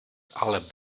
ale